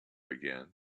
again